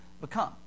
become